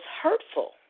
hurtful